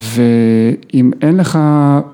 ‫ואם אין לך...